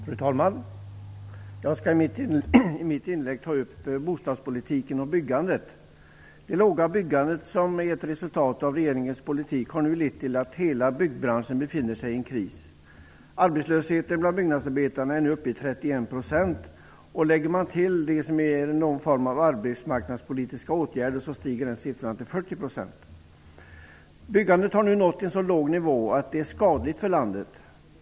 Fru talman! Jag skall i mitt inlägg ta upp bostadspolitiken och byggandet. Det låga byggande som är ett resultat av regeringens politik har nu lett till att hela byggbranschen befinner sig i en kris. Arbetslösheten bland byggnadsarbetarna är nu uppe i 31 %, och lägger man till dem som är i någon form av arbetsmarknadspolitiska åtgärder, stiger andelen till 40 %. Den låga nivå som byggandet nu har nått är skadlig för landet.